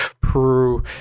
Peru